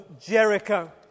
Jericho